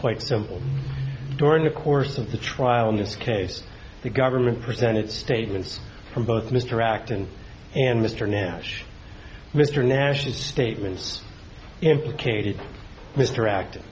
quite simple during the course of the trial in this case the government presented statements from both mr octon and mr nash mr nash's statements implicated mr active